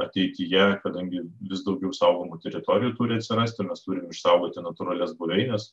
ateityje kadangi vis daugiau saugomų teritorijų turi atsirasti mes turim išsaugoti natūralias buveines